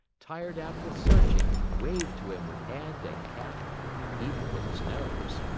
tired out with searching, waved to him with hand and cap and even with his nose.